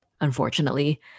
unfortunately